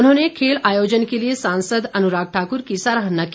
उन्होंने खेल आयोजन के लिए सांसद अनुराग ठाकुर की सराहना की